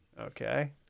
Okay